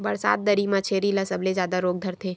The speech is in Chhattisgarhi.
बरसात दरी म छेरी ल सबले जादा रोग धरथे